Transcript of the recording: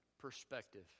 perspective